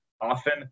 Often